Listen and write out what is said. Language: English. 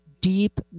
deep